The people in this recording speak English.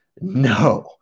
no